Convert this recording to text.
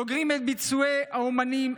לוקחים את ביצועי האומנים,